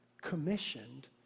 commissioned